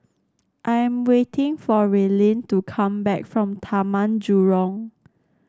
I am waiting for Raelynn to come back from Taman Jurong